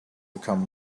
become